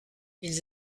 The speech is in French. ils